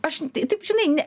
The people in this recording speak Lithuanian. aš taip žinai ne